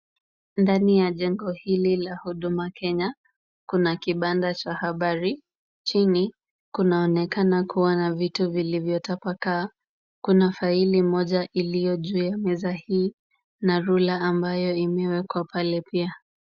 Ndani ya jengo hili la huduma Kenya, kuna kibanda cha habari. Chini kunaonekana kuwa na vitu vilivyotapakaa. Kuna faili moja iliyo juu ya meza hii na ruler ambayo imewekwa pale pia.